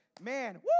man